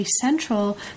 central